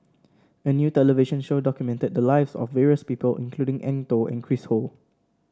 a new television show documented the lives of various people including Eng Tow and Chris Ho